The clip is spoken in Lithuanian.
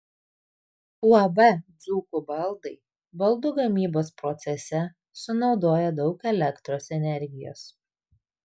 uab dzūkų baldai baldų gamybos procese sunaudoja daug elektros energijos